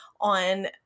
on